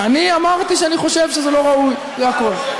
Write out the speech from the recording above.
אני אמרתי שאני חושב שזה לא ראוי, זה הכול.